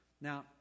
Now